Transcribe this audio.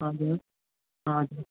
हजुर हजुर